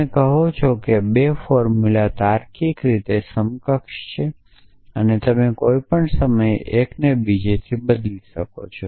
તમે કહો છો કે બે ફોર્મ્યુલા તાર્કિક રીતે સમકક્ષ છે અને તમે કોઈપણ સમયે એકને બીજીથી બદલી શકો છો